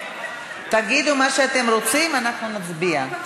תגידו מה שאתם רוצים, אנחנו נצביע.